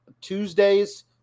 Tuesdays